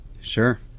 Sure